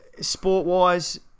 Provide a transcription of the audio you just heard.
Sport-wise